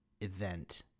event